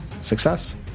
Success